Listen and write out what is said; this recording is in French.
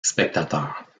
spectateurs